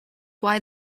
why